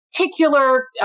particular